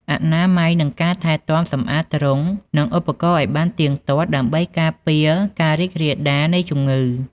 អនាម័យ និងការថែទាំ សម្អាតទ្រុង និងឧបករណ៍ឲ្យបានទៀងទាត់ដើម្បីការពារការរីករាលដាលនៃជំងឺ។